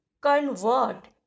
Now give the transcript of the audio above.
convert